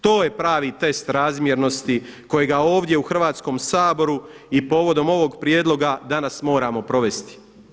To je pravi test razmjernosti kojega ovdje u Hrvatskom saboru i povodom ovoga prijedloga danas moramo provesti.